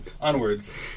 onwards